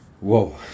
Whoa